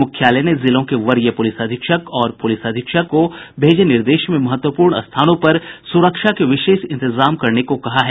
मुख्यालय ने जिलों के वरीय पुलिस अधीक्षक और पुलिस अधीक्षक को भेजे निर्देश में महत्वपूर्ण स्थानों पर सुरक्षा के विशेष इंतजाम करने को कहा है